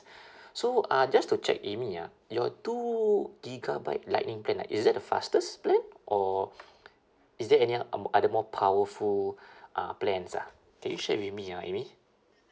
so uh just to check amy ah your two gigabyte lighting plan like is that the fastest plan or is there any um other more powerful uh plans ah can you share with me ah amy